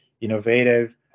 innovative